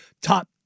top